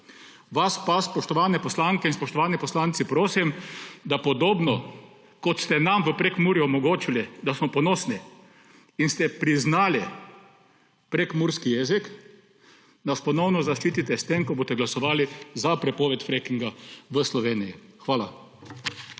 vas pa, spoštovane poslanke in spoštovani poslanci, prosim, da podobno kot ste nam v Prekmurju omogočili, da smo ponosni in ste priznali prekmurski jezik, nas ponovno zaščitite s tem, ko boste glasovali za prepoved frackinga v Sloveniji. Hvala.